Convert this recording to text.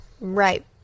Right